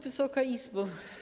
Wysoka Izbo!